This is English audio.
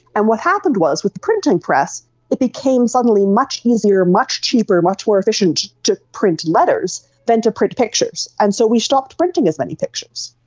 and what happened was with the printing press it became suddenly much easier, much cheaper, much more efficient to print letters than to print pictures. and so we stopped printing as many pictures.